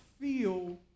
feel